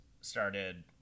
started